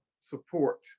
Support